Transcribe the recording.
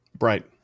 Right